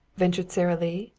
ventured sara lee.